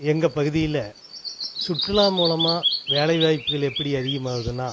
எங்கள் பகுதியில் சுற்றுலா மூலமாக வேலை வாய்ப்புகள் எப்படி அதிகமாகுதுன்னால்